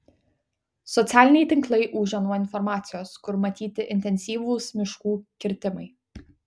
socialiniai tinklai ūžia nuo informacijos kur matyti intensyvūs miškų kirtimai